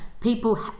people